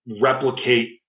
replicate